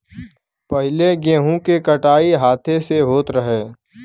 पहिले गेंहू के कटाई हाथे से होत रहे